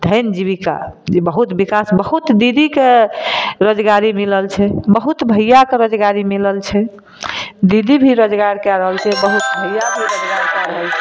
धन्य जीबिका जे बहुत बिकास बहुत दीदीके रोजगारी मिलल छै बहुत भैयाके रोजगारी मिलल छै दीदी भी रोजगार कै रहल छै बहुत भैया भी रोजगार कै रहल छै